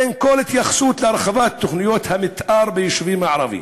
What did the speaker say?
אין כל התייחסות להרחבת תוכניות המתאר ביישובים הערביים.